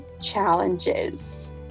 challenges